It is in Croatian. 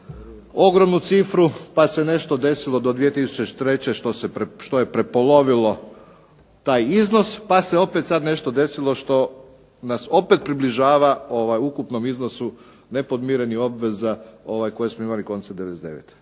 ogromnu cifru pa se nešto desilo do 2003. što je prepolovilo taj iznos pa se opet sad nešto desilo što nas opet približava ukupnom iznosu nepodmirenih obveza koje smo imali koncem '99.